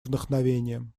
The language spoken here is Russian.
вдохновением